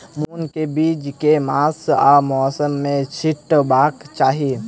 मूंग केँ बीज केँ मास आ मौसम मे छिटबाक चाहि?